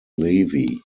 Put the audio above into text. levi